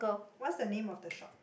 what's the name of the shop